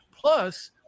Plus